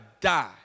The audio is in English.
die